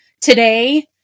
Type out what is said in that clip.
Today